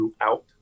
throughout